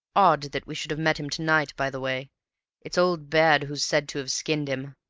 odd that we should have met him to-night, by the way it's old baird who's said to have skinned him.